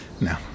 No